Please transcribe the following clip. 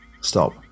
Stop